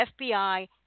FBI